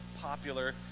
popular